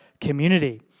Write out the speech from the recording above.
community